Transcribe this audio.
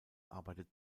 arbeitet